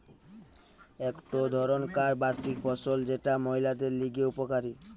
একটো ধরণকার বার্ষিক ফসল যেটা মহিলাদের লিগে উপকারী